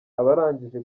abarangije